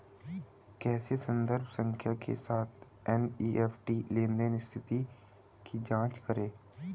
कैसे संदर्भ संख्या के साथ एन.ई.एफ.टी लेनदेन स्थिति की जांच करें?